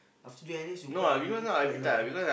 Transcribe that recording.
after join N_S you quite you eat quite a lot